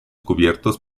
cubiertos